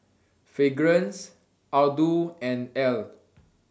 Fragrance Aldo and Elle